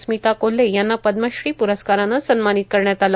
स्मिता कोल्हे यांना पद्मश्री प्रस्कारानं सन्मानित करण्यात आलं